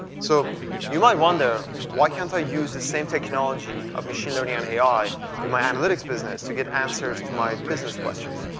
so you might wonder why can't i use this same technology of machine learning on ai through my analytics business to get answers to my business questions.